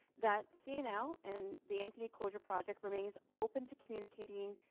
that cnl, and the npt closure project remains open to communicating,